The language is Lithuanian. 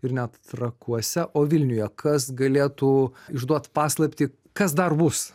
ir ne trakuose o vilniuje kas galėtų išduot paslaptį kas dar bus